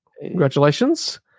Congratulations